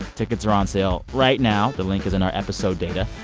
tickets are on sale right now. the link is in our episode data.